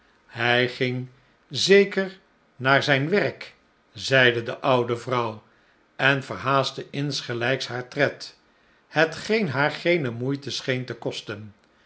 hij ging zeker naar zijn werk zeide de oude vrouw en verhaastte insgelijks haar tred hetgeen haar geene moeite scheen te kosten